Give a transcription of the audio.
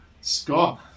Scott